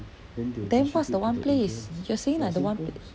then what's the one place you are saying like the one pla~